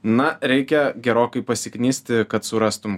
na reikia gerokai pasiknisti kad surastum